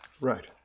Right